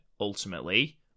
ultimately